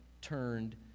turned